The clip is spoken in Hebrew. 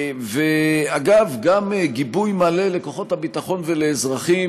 אגב גם גיבוי מלא לכוחות הביטחון ולאזרחים